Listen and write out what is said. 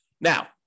now